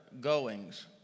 goings